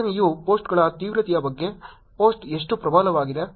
ಪ್ರಚೋದನೆಯು ಪೋಸ್ಟ್ಗಳ ತೀವ್ರತೆಯ ಬಗ್ಗೆ ಪೋಸ್ಟ್ ಎಷ್ಟು ಪ್ರಬಲವಾಗಿದೆ